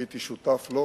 הייתי שותף לו,